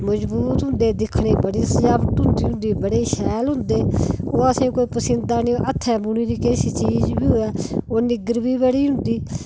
मजबूत होंदे दिक्खने गी बडी सजाबट होंदी उंदी बडे शैल होंदे ओह् आसें गी कोई पसंद नेई औंदे हत्थें बुनी दी किश चीज बी होऐ ओह् निग्गर बी बडी होंदी